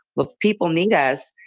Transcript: but people need us.